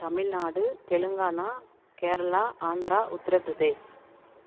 Tamil Nadu Telangana Kerala Andhra Uttar Pradesh